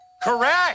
Correct